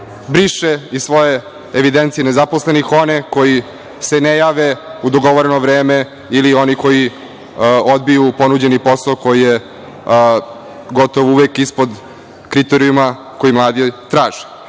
briše iz svoje evidencije nezaposlenih one koji se ne jave u dogovoreno vreme ili one koji odbiju ponuđeni posao koji je gotovo uvek ispod kriterijuma koji mladi traže. Tako